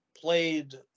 played